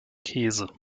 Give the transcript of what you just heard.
käse